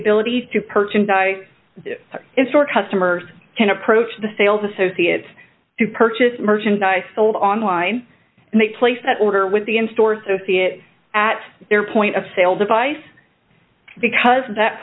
ability to purchase by its or customers can approach the sales associates to purchase merchandise sold online and they place that order with the in store so see it at their point of sale device because that